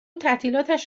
تعطیلاتش